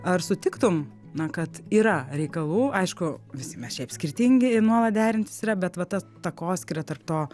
ar sutiktum na kad yra reikalų aišku visi mes šiaip skirtingi ir nuolat derintis yra bet vat ta takoskyra tarp to